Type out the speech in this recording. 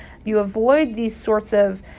you avoid these sorts of,